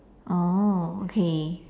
oh okay